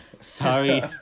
Sorry